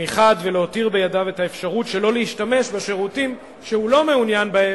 ומאידך גיסא שלא להשתמש בשירותים שהוא לא מעוניין בהם.